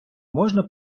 можна